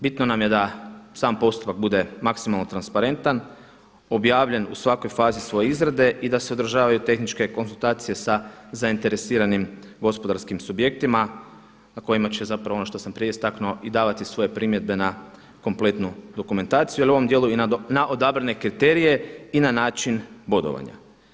Bitno nam je da sam postupak bude maksimalno transparentan, objavljen u svakoj fazi svoje izrade i da se održavaju tehničke konzultacije sa zainteresiranim gospodarskim subjektima na kojima će zapravo ono što sam prije istaknuo i davati svoje primjedbe na kompletnu dokumentaciju, ali u ovom dijelu i na odabrane kriterije i na način bodovanja.